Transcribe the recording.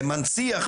זה מנציח,